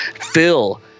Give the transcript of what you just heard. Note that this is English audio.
Phil